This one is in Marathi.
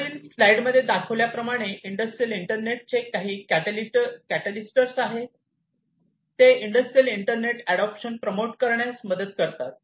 वर स्लाईडमध्ये दाखवल्याप्रमाणे इंडस्ट्रियल इंटरनेटचे काही कॅटालिस्टर्स आहे ते इंडस्ट्रियल इंटरनेट अडोप्शन प्रमोट करण्यास मदत करतात